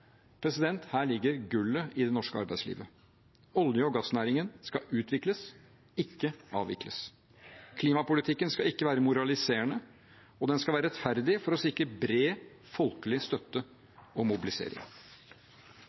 Her ligger gullet i det norske arbeidslivet. Olje- og gassnæringen skal utvikles, ikke avvikles. Klimapolitikken skal ikke være moraliserende, og den skal være rettferdig for å sikre bred folkelig støtte og mobilisering.